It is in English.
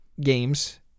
games